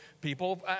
people